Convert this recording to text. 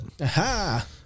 Aha